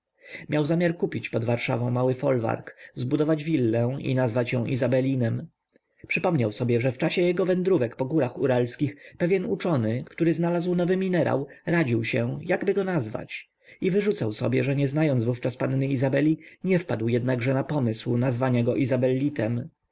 miał zamiar kupić pod warszawą mały folwark zbudować willę i nazwać ją izabelinem przypomniał sobie że w czasie jego wędrówek po górach uralskich pewien uczony który znalazł nowy minerał radził się jakby go nazwać i wyrzucał sobie że nie znając wówczas panny izabeli nie wpadł jednakże na pomysł nazwania go